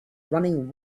running